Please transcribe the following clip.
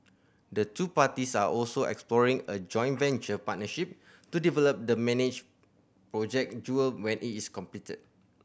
the two parties are also exploring a joint venture partnership to develop the manage Project Jewel when it is completed